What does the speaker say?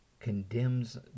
condemns